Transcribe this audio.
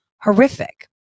horrific